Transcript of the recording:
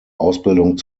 ausbildung